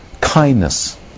kindness